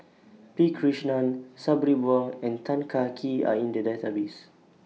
P Krishnan Sabri Buang and Tan Kah Kee Are in The Database